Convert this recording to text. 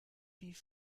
wie